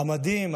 המדים,